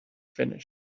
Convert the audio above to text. finished